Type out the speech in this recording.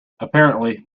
apparently